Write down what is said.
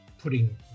putting